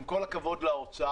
עם כל הכבוד למשרד האוצר,